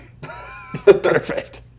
Perfect